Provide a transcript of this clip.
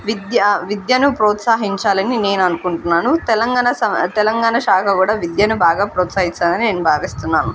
విద్యా విద్యను ప్రోత్సాహించాలని నేను అనుకుంటున్నాను తెలంగాణ సా తెలంగాణ శాఖ గూడా విద్యను బాగా ప్రోత్సహించాలని నేను భావిస్తున్నాను